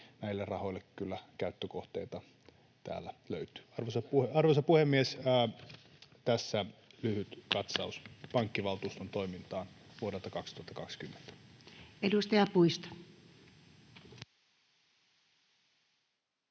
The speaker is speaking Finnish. näille rahoille kyllä käyttökohteita täällä löytyy. Arvoisa puhemies! Tässä lyhyt katsaus pankkivaltuuston toimintaan vuodelta 2020. [Speech 4]